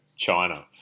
China